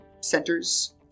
centers